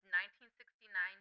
1969